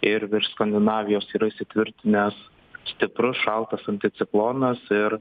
ir virš skandinavijos yra įsitvirtinęs stiprus šaltas anticiklonas ir